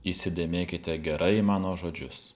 įsidėmėkite gerai mano žodžius